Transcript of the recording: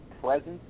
presence